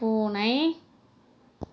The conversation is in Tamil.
பூனை